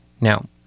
now